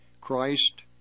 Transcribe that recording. Christ